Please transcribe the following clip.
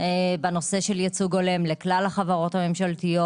בנושא ייצוג הולם לכלל החברות הממשלתיות.